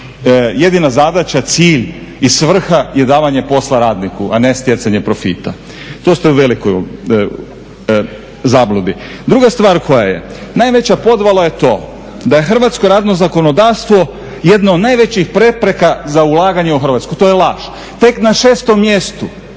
jedina zadaća, cilj i svrha je davanje posla radniku, a ne stjecanje profita. To ste u velikoj zabludi. Druga stvar koja je, najveća podvala je to da je hrvatsko radno zakonodavstvo jedno od najvećih prepreka za ulaganje u Hrvatsku. To je laž. Tek na šestom mjestu,